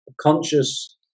conscious